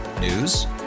News